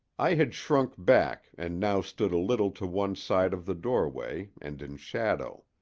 i had shrunk back and now stood a little to one side of the doorway and in shadow.